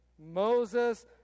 Moses